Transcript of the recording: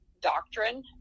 doctrine